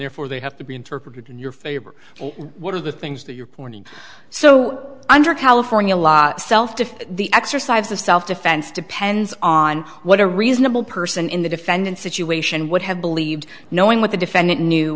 therefore they have to be interpreted in your favor what are the things that you're pointing so under california law self defense the exercise of self defense depends on what a reasonable person in the defendant's situation would have believed knowing what the defendant knew